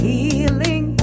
Healing